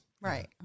right